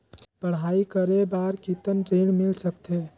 पढ़ाई करे बार कितन ऋण मिल सकथे?